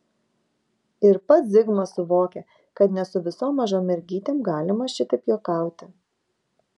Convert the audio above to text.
ir pats zigmas suvokė kad ne su visom mažom mergytėm galima šitaip juokauti